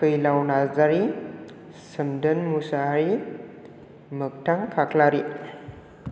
फैलाव नार्जारि सोमदोन मुसाहारि मोगथां खाख्लारि